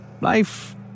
life